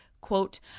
quote